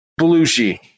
Belushi